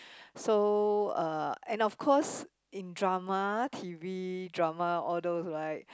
so uh and of course in drama T_V drama all those right